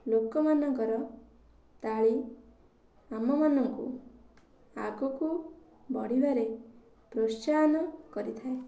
ଲୋକମାନଙ୍କର ତାଳି ଆମ ମାନଙ୍କୁ ଆଗକୁ ବଢ଼ିବାରେ ପ୍ରୋତ୍ସାହନ କରିଥାଏ